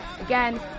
Again